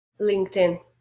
LinkedIn